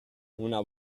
una